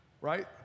right